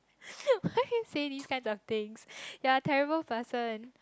why you say these kinds of thing you're terrible person